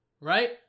right